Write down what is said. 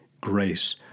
grace